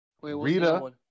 Rita